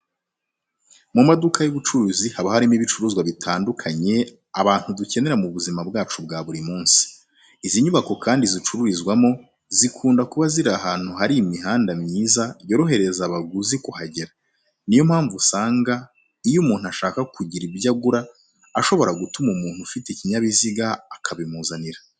Mu maduka y'ubucuruzi haba harimo ibicuruzwa bitandukanye abantu dukenera mu buzima bwacu bwa buri munsi. Izi nyubako kandi zicururizwamo, zikunda kuba ziri ahantu hari imihanda myiza yorohereza abaguzi kuhagera. Niyo mpamvu usanga iyo umuntu ashaka kugira ibyo agura ashobora gutuma umuntu ufite ikinyabiziga akabimuzanira.